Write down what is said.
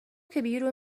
كبير